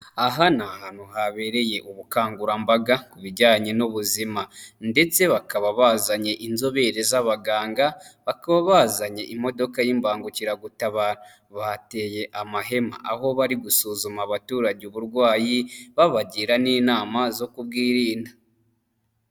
Aha ni ahantu habereye ubukangurambaga ku bijyanye n'ubuzima, ndetse bakaba bazanye inzobere z'abaganga, bakaba bazanye imodoka y'imbangukiragutabara, bateye amahema aho bari gusuzuma abaturage uburwayi babagira n'inama zo kubwirinda.